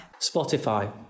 Spotify